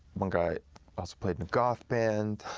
one guy also played in a goth band,